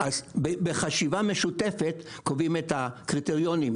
אז בחשיבה משותפת קובעים את הקריטריונים,